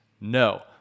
no